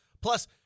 Plus